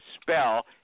spell